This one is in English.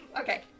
Okay